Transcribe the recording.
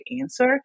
answer